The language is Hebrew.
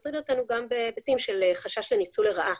מטריד אותנו גם בהיבטים של חשש לניצול לרעה.